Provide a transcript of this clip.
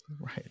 Right